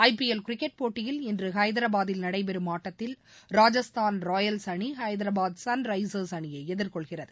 ஐ P L cricket போட்டியில் இன்று ஐதராபாதில் நடைபெறும் ஆட்டத்தில் ராஜஸ்தான் ராயல்ஸ் அணி ஐதராபாத் சன்ரைஸர்ஸ் அணியை எதிர் கொள்கிறது